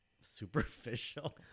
superficial